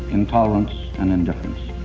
intolerance and indifference.